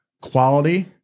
quality